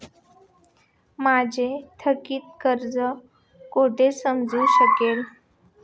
माझे थकीत कर्ज कुठे समजू शकेल?